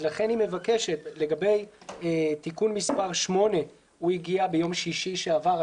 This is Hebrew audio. לכן היא מבקשת לגבי תיקון 8 שהגיע ביום שישי שעבר.